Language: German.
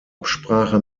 absprache